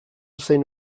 zein